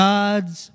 God's